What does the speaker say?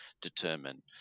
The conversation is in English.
determine